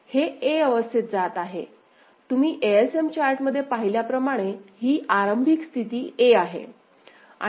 हे a अवस्थेत जात आहे तुम्ही एएसएम चार्टमध्ये पाहिल्याप्रमाणे ही आरंभिक स्थिती a आहे